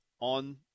on